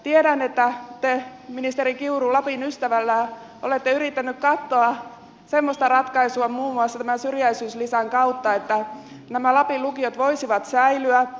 tiedän että te ministeri kiuru lapin ystävänä olette yrittänyt katsoa semmoista ratkaisua muun muassa tämän syrjäisyyslisän kautta että nämä lapin lukiot voisivat säilyä